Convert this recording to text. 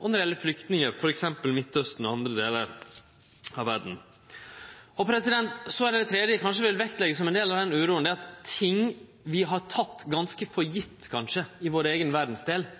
og når det gjeld flyktningar, av t.d. Midtausten og andre delar av verda. Det tredje som eg vil leggje vekt på som ein del av denne uroa, er at ting vi kanskje har teke ganske for gjeve i vår eigen verdsdel,